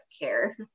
care